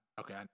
okay